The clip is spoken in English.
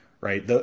right